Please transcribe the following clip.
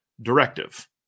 directive